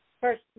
first